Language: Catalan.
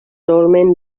dolmen